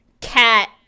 cat